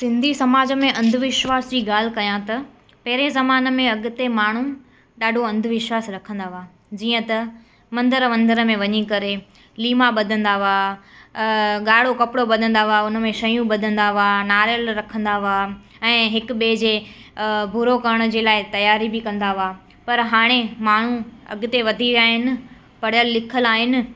सिंधी समाज में अंधविश्वास जी ॻाल्हि कयां त पहिरियों ज़माने में अॻिते माण्हूं ॾाढो अंधुविश्वास रखंदा हुआ जीअं त मंदर वंदर में वञी करे लीमा ॿधंदा हुआ ॻाढ़ो कपड़ो ॿधंदा हुआ उन में शयूं ॿधंदा हुआ नारेल रखंदा हुआ ऐं हिक ॿिए जे भूरो करण जे लाइ तयारी बि कंदा हुआ पर हाणे माण्हू अॻिते वधी विया आहिनि पढ़ियलु लिखियलु आहिनि